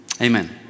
Amen